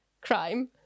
crime